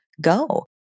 go